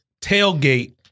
tailgate